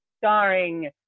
starring